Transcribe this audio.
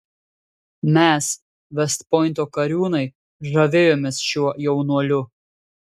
mes vest pointo kariūnai žavėjomės šiuo jaunuoliu